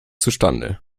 zustande